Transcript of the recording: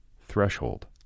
Threshold